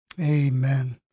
Amen